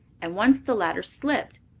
and once the ladder slipped,